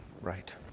right